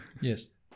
Yes